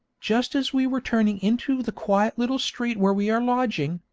just as we were turning into the quiet little street where we are lodging,